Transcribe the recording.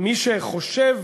מי שחושב